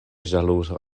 ĵaluzo